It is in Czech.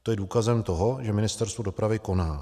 To je důkazem toho, že Ministerstvo dopravy koná.